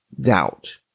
doubt